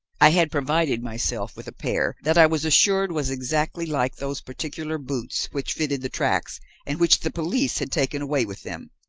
i had provided myself with a pair that i was assured was exactly like those particular boots which fitted the tracks and which the police had taken away with them,